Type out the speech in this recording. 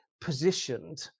positioned